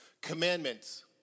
Commandments